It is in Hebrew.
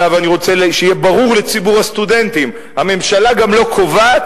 ואני רוצה שיהיה ברור לציבור הסטודנטים: הממשלה גם לא קובעת